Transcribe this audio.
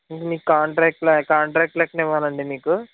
ఇది మీకు కాంట్రాక్టు లెక్క కాంట్రాక్టు లెక్కన ఇవ్వాలండి మీకు